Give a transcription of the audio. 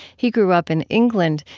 he grew up in england,